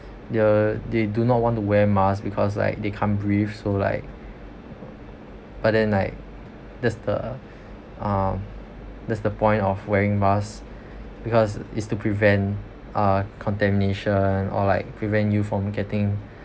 they do not want to wear mask because like they can't breath so like but then like that's the uh that's the point of wearing mask because is to prevent uh contamination or like prevent you from getting